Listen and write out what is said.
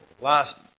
Last